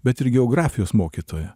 bet ir geografijos mokytoja